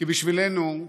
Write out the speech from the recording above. כי בשבילנו,